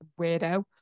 Weirdo